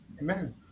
Amen